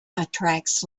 attracts